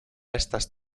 estas